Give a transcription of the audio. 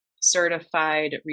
certified